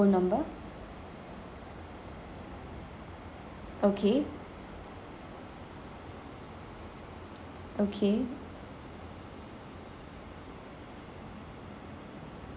okay okay